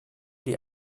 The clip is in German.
die